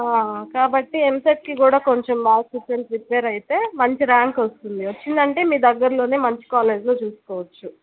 కాబట్టి ఎంసెట్కి కూడా కొంచెం బాగా ప్రిఫ ప్రిపేర్ అయితే మంచి ర్యాంక్ వస్తుంది వచ్చింది అంటే మీ దగ్గరలో మంచి కాలేజ్లో చూసుకోవచ్చు